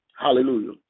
Hallelujah